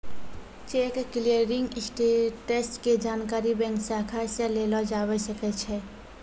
cheque clearing status के जानकारी bank शाखा से लेलो जाबै सकै छै